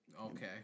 Okay